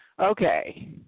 okay